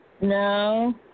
No